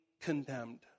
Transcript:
condemned